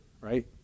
right